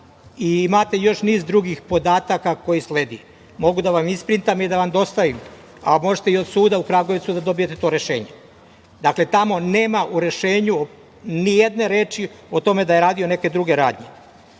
Imate još niz drugih podataka koje slede. Mogu to da vam isprintam i da vam dostavim. A možete i od suda u Kragujevcu da dobijete to rešenje. Dakle, tamo nema u rešenju ni jedne reči o tome da je radio neke druge radnje,